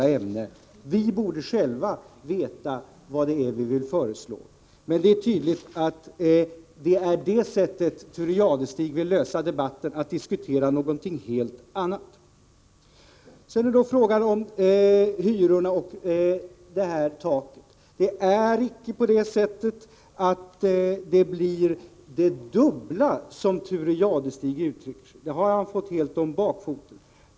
Vi moderater borde själva veta vad vi vill föreslå, men det är tydligt att Thure Jadestig vill klara debatten på det sättet att han diskuterar någonting helt annat. När det gäller taket för hyreshöjningar på 30 kr./m? vill jag påpeka att det icke kommer att uppgå till det dubbla beloppet, som Thure Jadestig påstår. Det har han fått helt om bakfoten.